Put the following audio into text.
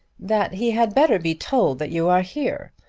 that he had better be told that you are here,